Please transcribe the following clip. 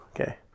Okay